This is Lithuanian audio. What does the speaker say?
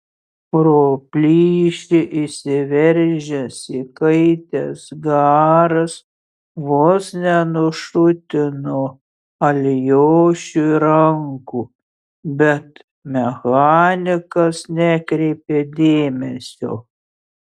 pro plyšį išsiveržęs įkaitęs garas vos nenušutino alijošiui rankų bet mechanikas nekreipė dėmesio